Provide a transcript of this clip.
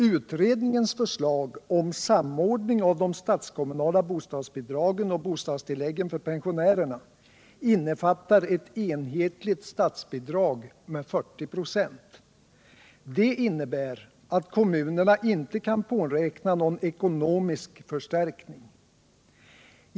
Utredningens förslag om samordning av de statskommunala bostadsbidragen och bostadstilläggen för pensionärerna innefattar ett enhetligt statsbidrag med 40 96. Det innebär att kommunerna inte kan påräkna någon ekonomisk förstärkning.